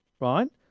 right